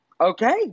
okay